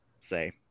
say